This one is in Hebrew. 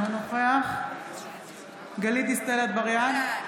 אינו נוכח גלית דיסטל אטבריאן,